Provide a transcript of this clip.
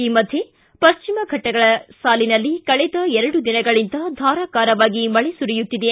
ಈ ಮಧ್ಯೆ ಪಶ್ಚಿಮ ಘಟ್ಟಗಳ ಸಾಲಿನಲ್ಲಿ ಕಳೆದ ಎರಡು ದಿನಗಳಿಂದ ಧಾರಾಕಾರವಾಗಿ ಮಳೆ ಸುರಿಯುತ್ತಿದೆ